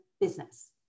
business